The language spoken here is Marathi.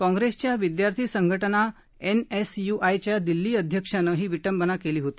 काँग्रेसच्या विदयार्थी संघटना एनएसयूआयच्या दिल्ली अध्यक्षानं विटंबना केली होती